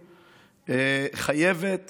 חייבת,